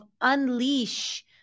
unleash